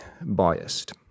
biased